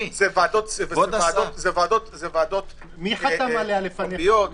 זה ועדות פומביות.